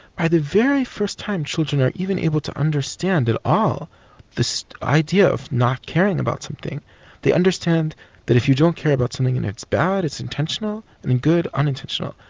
the very first time children are even able to understand at all this idea of not caring about something they understand but if you don't care about something and it's bad, it's intentional and good, unintentional.